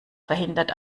verhindert